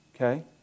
okay